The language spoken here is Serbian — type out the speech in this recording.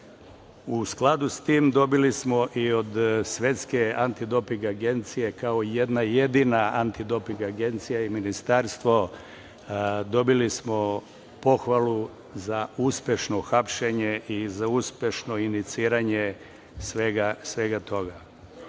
skladu s tim, dobili smo i od Svetske antidoping agencije, kao jedna jedina antidoping agencija i ministarstvo, dobili smo pohvalu za uspešno hapšenje i za uspešno iniciranje svega toga. Zakon